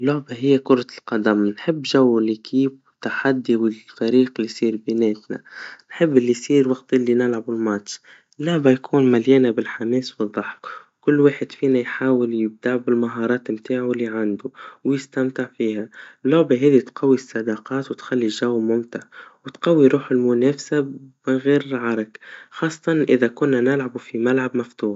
اللعبا هي كرة القدم, نحب جو الفريق والتحدي والفريق اللي يصير بيناتنا, نحب اللي يصير وقت اللي نلعبوا الماتش, لعبا يكون مليان بالحماس والضحك, كل واحد فينا يحاول يبدع بالمهارات متاعه اللي عنده, ويستمتع فيها, اللعبا هاذي تقوي الصداقات وتخلي الجو ممتع, وتقوي روح المنافسا بغير عرك, خاصةً إذا كنا نلعبوا في ملعب مفتوح.